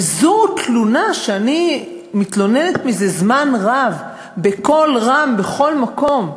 וזו תלונה שאני מתלוננת זה זמן רב בקול רם בכל מקום.